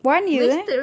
one year eh